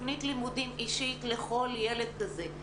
תוכנית לימודים אישית לכל ילד כזה.